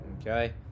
okay